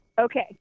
Okay